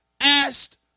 asked